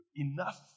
enough